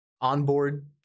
onboard